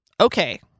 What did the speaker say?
Okay